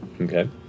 Okay